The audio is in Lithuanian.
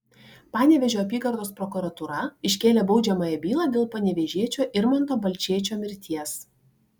panevėžio apygardos prokuratūra iškėlė baudžiamąją bylą dėl panevėžiečio irmanto balčėčio mirties